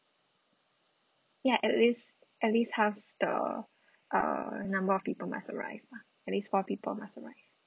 ya at least at least half the uh number of people must arrive ah at least four people must arrive